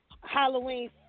Halloween